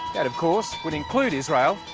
that of course, would include israel,